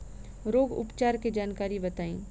रोग उपचार के जानकारी बताई?